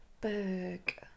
Berg